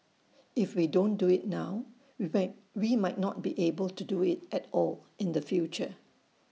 if we don't do IT now we way we might not be able do IT at all in the future